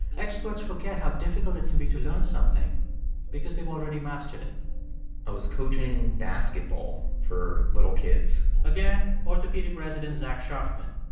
experts forget how difficult it can be to learn something because they've already mastered it i was coaching basketball for little kids again, orthopedic resident zach sharfman.